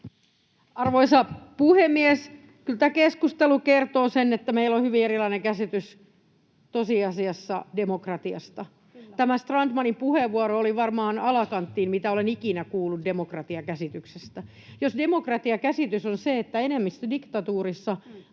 Arvoisa puhemies! Kyllä tämä keskustelu kertoo sen, että meillä on tosiasiassa hyvin erilainen käsitys demokratiasta. Tämä Strandmanin puheenvuoro oli varmaan eniten alakanttiin, mitä olen ikinä kuullut demokratiakäsityksestä. Jos demokratiakäsitys on se, että enemmistödiktatuurissa